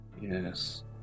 Yes